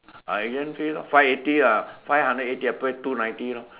I gave them five eighty lah five hundred eighty I pay two ninety lor